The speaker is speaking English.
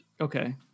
Okay